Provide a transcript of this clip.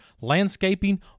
landscaping